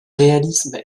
réalisme